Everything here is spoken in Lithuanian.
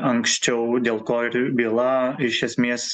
anksčiau dėl ko ir byla iš esmės